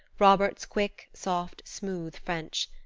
robert's quick, soft, smooth french.